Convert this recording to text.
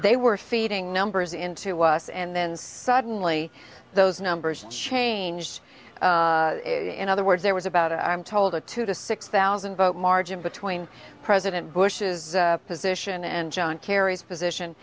they were feeding numbers into was and then suddenly those numbers changed in other words there was about i'm told a two to six thousand vote margin between president bush's position and john kerry's position